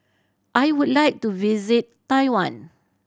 I would like to visit Taiwan